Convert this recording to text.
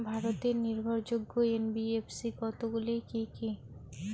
ভারতের নির্ভরযোগ্য এন.বি.এফ.সি কতগুলি কি কি?